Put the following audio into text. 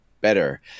better